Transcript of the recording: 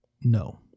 No